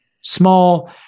small